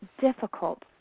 difficult